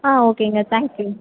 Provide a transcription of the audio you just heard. ஆ ஓகேங்க thank you